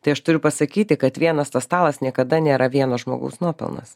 tai aš turiu pasakyti kad vienas tas stalas niekada nėra vieno žmogaus nuopelnas